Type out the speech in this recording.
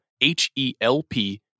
H-E-L-P